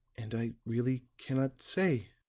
and i really cannot say,